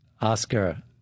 Oscar